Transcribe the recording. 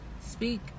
Speak